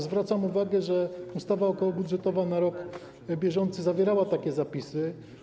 Zwracam uwagę, że ustawa okołobudżetowa na rok bieżący zawierała takie zapisy.